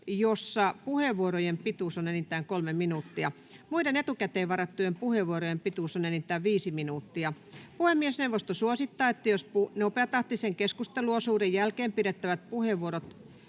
jossa puheenvuorojen pituus on enintään kolme minuuttia. Muiden etukäteen varattujen puheenvuorojen pituus on enintään viisi minuuttia. Puhemiesneuvosto suosittaa, että myös nopeatahtisen keskusteluosuuden jälkeen pidettävät puheenvuorot